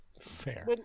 Fair